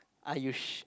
are you sh~